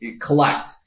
collect